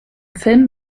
film